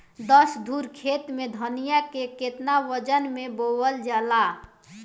दस धुर खेत में धनिया के केतना वजन मे बोवल जाला?